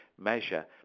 measure